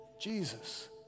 Jesus